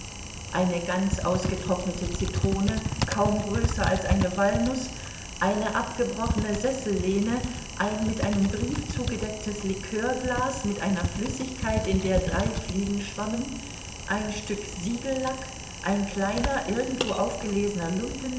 eine ganz ausgetrocknete zitrone kaum größer als eine walnuß eine abgebrochene sessellehne ein mit einem brief zugedecktes likörglas mit einer flüssigkeit in der drei fliegen schwammen ein stück siegellack ein kleiner irgendwo aufgelesener lumpen